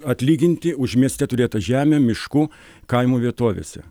atlyginti už mieste turėtą žemę mišku kaimo vietovėse